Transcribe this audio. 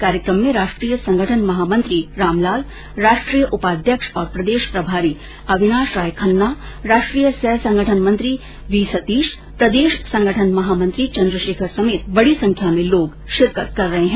कार्यक्रम में राष्ट्रीय संगठन महामंत्री रामलाल राष्ट्रीय उपाध्यक्ष और प्रदेश प्रभारी अविनाश राय खन्ना राष्ट्रीय सहसंगठन मंत्री वी सतीश प्रदेश संगठन महामंत्री चन्द्रशेखर समेत बडी संख्या में लोग शिरकत कर रहे हैं